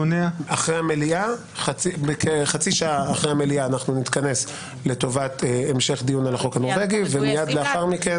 אחרי המליאה נתכנס לטובת המשך דיון על החוק הנורבגי ולאחר מכן